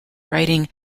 writing